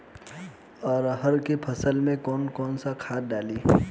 अरहा के फसल में कौन कौनसा खाद डाली?